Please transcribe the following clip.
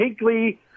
Hinkley